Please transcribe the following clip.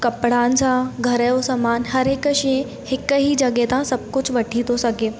कपिड़नि सां घर जो सामानु हर हिक शइ हिक ई जॻहि तां सभु कुझु वठी थो सघे